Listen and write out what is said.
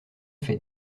fait